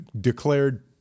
declared